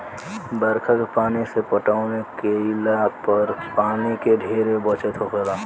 बरखा के पानी से पटौनी केइला पर पानी के ढेरे बचत होखेला